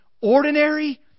ordinary